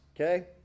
okay